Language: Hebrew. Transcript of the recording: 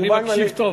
אני מקשיב טוב.